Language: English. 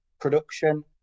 production